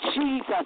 Jesus